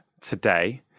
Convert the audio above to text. today